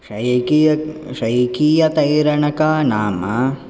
शैकिय शैकियतैरणकानाम्